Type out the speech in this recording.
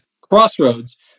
crossroads